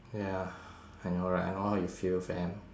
ya I know right I know how you feel fam